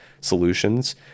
solutions